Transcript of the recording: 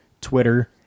Twitter